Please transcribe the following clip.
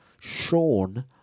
Sean